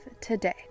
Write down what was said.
today